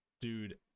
Dude